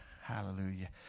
hallelujah